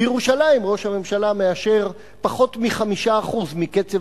בירושלים ראש הממשלה מאשר פחות מ-5% מקצב